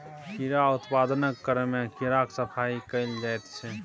कीड़ा उत्पादनक क्रममे कीड़ाक सफाई कएल जाइत छै